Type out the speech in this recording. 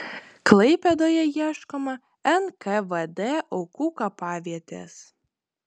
klaipėdoje ieškoma nkvd aukų kapavietės